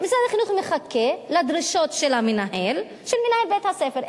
שמשרד החינוך מחכה לדרישות של מנהל בית-הספר.